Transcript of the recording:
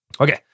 Okay